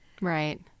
Right